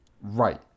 Right